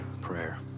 prayer